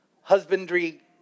husbandry